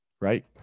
right